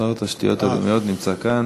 התשתיות נמצא כאן.